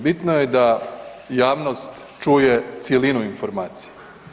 Bitno je da javnost čuje cjelinu informacija.